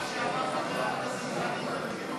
מה שאמר חבר הכנסת חנין זה בדיוק